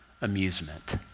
amusement